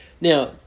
Now